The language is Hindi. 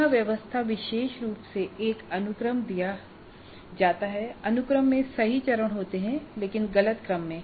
पुन व्यवस्था विशेष रूप से एक अनुक्रम दिया जाता है और अनुक्रम में सही चरण होते हैं लेकिन गलत क्रम में